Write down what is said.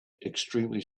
extremely